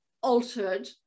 altered